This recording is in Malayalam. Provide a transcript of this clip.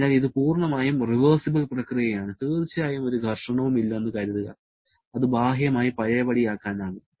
അതിനാൽ ഇത് പൂർണ്ണമായും റിവേഴ്സിബൽ പ്രക്രിയയാണ് തീർച്ചയായും ഒരു ഘർഷണവും ഇല്ലെന്ന് കരുതുക അത് ബാഹ്യമായി പഴയപടിയാക്കാനാകും